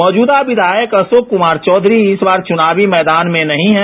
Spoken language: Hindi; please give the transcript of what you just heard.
मौजूदा विधायक अशोक कुमार चौधरी इस बार चुनावी मैदान में नहीं हैं